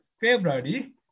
February